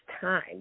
time